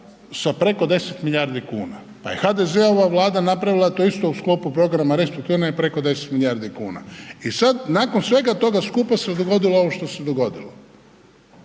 sa preko 10 milijardi kuna pa je HDZ-ova Vlada napravila to isto u sklopu programa restrukturiranja preko 10 milijardi kuna i sad nakon svega toga skupa se dogodilo ovo što se dogodilo.